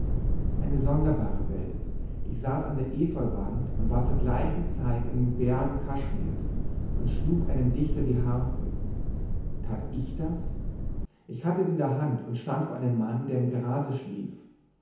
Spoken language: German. eine sonderbare welt ich saß an der efeuwand und war zur gleichen zeit in den bergen kaschmirs und schlug einem dichter die harfe tat ich das ich hatte sie in der hand und stand vor einem mann der im grase schlief